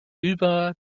über